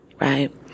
right